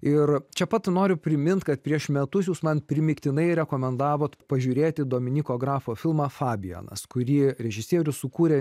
ir čia pat noriu priminti kad prieš metus jūs man primygtinai rekomendavo pažiūrėti dominyko grafo filmą fabijonas kurį režisierius sukūrė